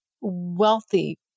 wealthy